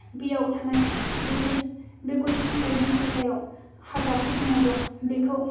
बेयाव थानाय जुदि बे गय बिफां गायनाय जायगायाव हाग्राफोर दङब्ला बेखौ